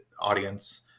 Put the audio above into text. audience